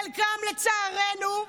חלקם, לצערנו,